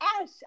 Ash